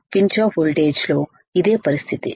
pinch off వోల్టేజ్లో ఇదే పరిస్థితి